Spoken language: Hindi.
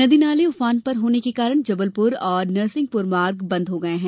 नदी नाले उफान पर होने के कारण जबलपुर और नरसिंहपुर मार्ग बंद हो गया है